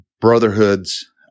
brotherhoods